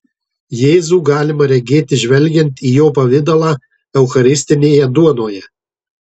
jėzų galima regėti žvelgiant į jo pavidalą eucharistinėje duonoje